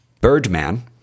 Birdman